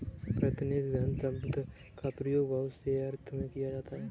प्रतिनिधि धन शब्द का प्रयोग बहुत से अर्थों में किया जाता रहा है